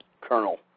Colonel